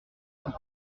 cent